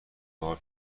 بار